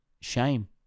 shame